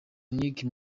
nicki